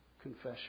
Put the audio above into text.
confession